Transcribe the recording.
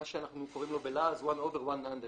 מה שאנחנו קוראים לו בלעז One Over One Under,